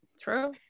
True